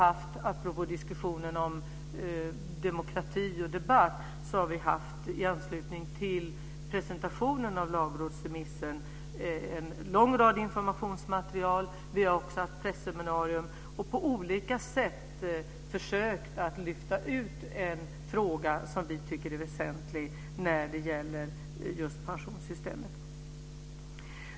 Apropå diskussionen om demokrati och debatt har vi i anslutning till presentationen av lagrådsremissen haft en mängd informationsmaterial. Vi har haft presseminarier. På olika sätt har vi försökt att lyfta ut en fråga som vi tycker är väsentlig när det gäller pensionssystemet.